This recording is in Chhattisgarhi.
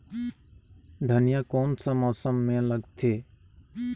धनिया कोन सा मौसम मां लगथे?